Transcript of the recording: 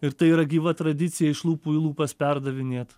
ir tai yra gyva tradicija iš lūpų į lūpas perdavinėt